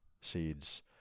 seeds